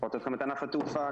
ענף התעופה.